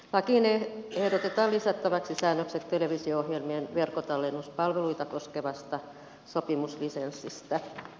lakiin ehdotetaan lisättäväksi säännökset televisio ohjelmien verkkotallennuspalveluita koskevasta sopimuslisenssistä